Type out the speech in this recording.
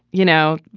you know,